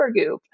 Supergoop